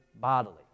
bodily